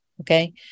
okay